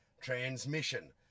transmission